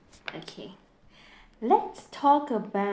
okay let's talk about